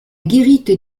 guérite